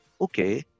okay